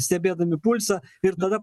stebėdami pulsą ir tada